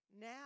Now